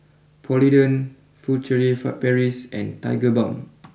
Polident Furtere for Paris and Tigerbalm